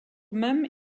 même